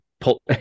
pull